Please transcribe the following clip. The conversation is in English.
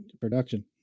production